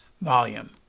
volume